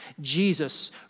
Jesus